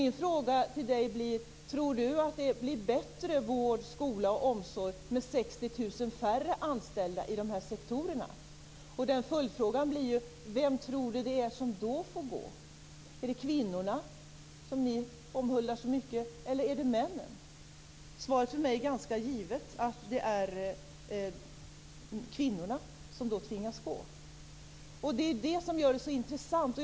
Min fråga till Elver Jonsson blir: Tror Elver Jonsson att det blir bättre vård, skola och omsorg med 60 000 färre anställda i dessa sektorer? Följdfrågan blir då: Vem tror Elver Jonsson att det är som då får gå? Är det kvinnorna, som ni omhuldar så mycket, eller är det männen? Svaret är för mig ganska givet, att det är kvinnorna som tvingas gå. Det är detta som gör det så intressant.